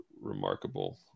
remarkable